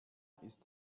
ist